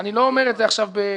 אני לא אומר את זה עכשיו עם